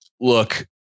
look